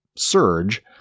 surge